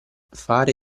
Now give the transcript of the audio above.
fare